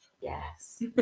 Yes